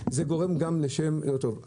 זה גורם גם לשם לא טוב.